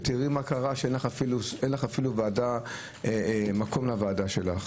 ותראי מה קרה שאפילו אין לך מקום לוועדה שלך.